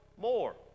more